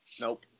Nope